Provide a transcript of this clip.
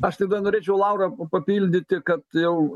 aš tai dar norėčiau laurą papildyti kad jau